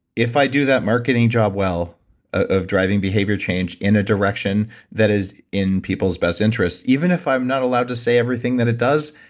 if i do that marketing job well of driving behavior change in a direction that is in people's best interests, even if i'm not allowed to say everything that it does,